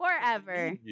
forever